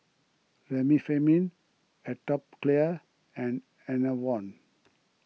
Remifemin Atopiclair and Enervon